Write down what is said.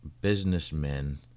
businessmen